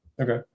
Okay